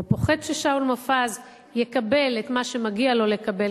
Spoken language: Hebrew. הוא פוחד ששאול מופז יקבל את מה שמגיע לו לקבל.